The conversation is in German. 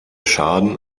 schaden